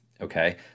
Okay